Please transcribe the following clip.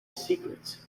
secrets